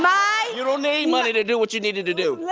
my you don't need money to do what you needed to do. yeah